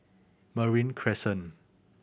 Marine Crescent